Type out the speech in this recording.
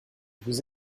vous